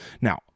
Now